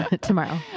Tomorrow